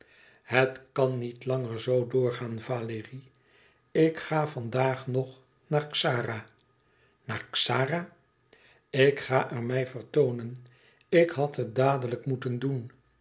het kan niet langer zoo gaan valérie ik ga vandaag nog naar xara naar xara ik ga er mij vertoonen ik had het dadelijk moeten doen